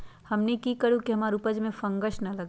हमनी की करू की हमार उपज में फंगस ना लगे?